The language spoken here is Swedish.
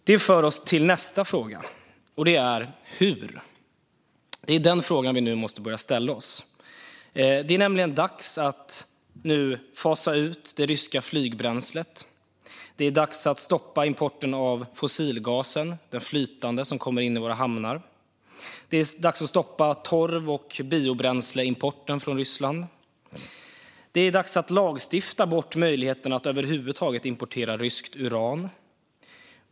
Det för oss till nästa fråga, och det är: Hur? Det är den frågan vi nu måste börja ställa oss. Det är nämligen dags att nu fasa ut det ryska flygbränslet. Det är dags att stoppa importen av den flytande fossilgas som kommer in i våra hamnar. Det är dags att stoppa torv och biobränsleimporten från Ryssland. Det är dags att lagstifta bort möjligheten att över huvud taget importera ryskt uran.